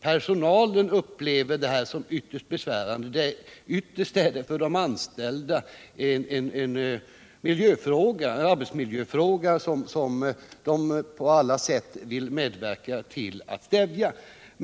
Personalen upplever det som synnerligen besvärande — ytterst är det för de anställda en arbetsmiljöfråga — varför personalen på alla sätt vill medverka till att stävja narkotikainsmugglingen.